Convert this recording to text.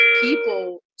people